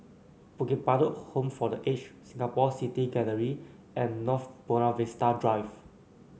Bukit Batok Home for The Aged Singapore City Gallery and North Buona Vista Drive